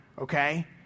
okay